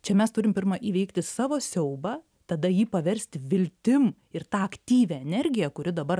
čia mes turim pirma įveikti savo siaubą tada jį paversti viltim ir tą aktyvią energiją kuri dabar